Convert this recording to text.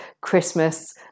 Christmas